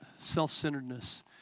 self-centeredness